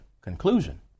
conclusion